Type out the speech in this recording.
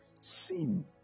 sin